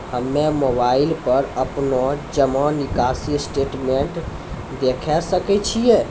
हम्मय मोबाइल पर अपनो जमा निकासी स्टेटमेंट देखय सकय छियै?